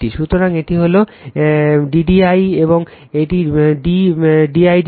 সুতরাং এটি dd i এবং d id t